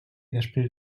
després